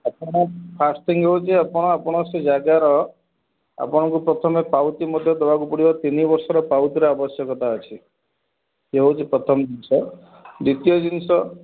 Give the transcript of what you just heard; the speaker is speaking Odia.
ଆପଣ ଫାର୍ଷ୍ଟ୍ ଥିଙ୍ଗ୍ ହେଉଛି ଆପଣ ଆପଣଙ୍କ ସେ ଜାଗାର ଆପଣଙ୍କୁ ପାଉଟି ମଧ୍ୟ ଦେବାକୁ ପଡ଼ିବ ତିନି ବର୍ଷର ପାଉଟିର ଆବଶ୍ୟକତା ଅଛି ଇଏ ହେଉଛି ପ୍ରଥମ ଜିନଷ ଦ୍ୱିତୀୟ ଜିନଷ